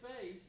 faith